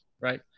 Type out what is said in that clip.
Right